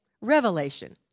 revelation